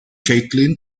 caitlin